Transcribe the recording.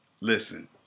listen